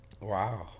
Wow